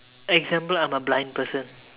example I'm a blind person